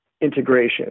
integration